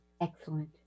Excellent